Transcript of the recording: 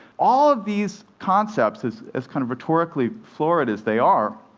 all of these concepts, as as kind of rhetorically florid as they are,